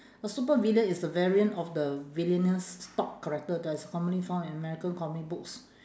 a supervillain is a variant of the villainous stock character that is commonly found in american comic books